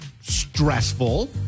stressful